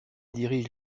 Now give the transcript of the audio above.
dirige